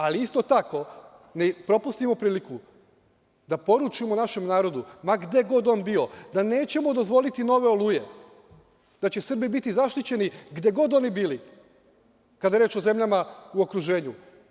Ali isto tako ne propustimo priliku da poručimo našem narodu, gde god on bio, da nećemo dozvoliti nove „Oluje“, da će Srbi biti zaštićeni gde god oni bili, kada je reč o zemljama u okruženju.